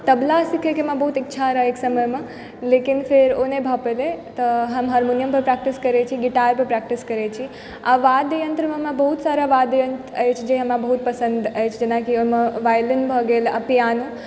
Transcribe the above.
तबला सिखैके बहुत इच्छा रहै हमरा एक समयमे लेकिन फेर ओ नहि भऽ पयलै तऽ हम हारमोनियमपर प्रैक्टिस करै छी गिटारपर प्रैक्टिस करै छी आओर वाद्य यन्त्रमे हमरा बहुत सारा वाद्य यन्त्र अछि जे हमरा बहुत जादा पसन्द अछि जेना ओहिमे वायलिन भऽ गेल आओर पियानो